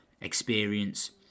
experience